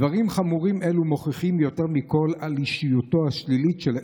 דברים חמורים אלו מוכיחים יותר מכול את אישיותו השלילית של האיש,